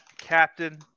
captain